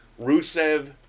Rusev